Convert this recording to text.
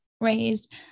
raised